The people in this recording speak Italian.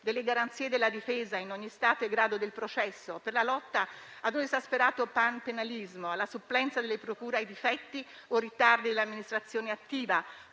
delle garanzie della difesa in ogni Stato e grado del processo per la lotta ad un esasperato panpenalismo, alla supplenza delle procure, ai difetti o ai ritardi dell'amministrazione attiva,